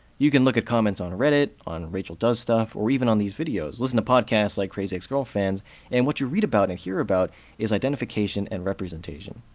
you can look at comments on reddit, on racheldoesstuff, or even on these videos listen to podcasts like crazy ex-girlfans and what you read about and hear about is identification and representation.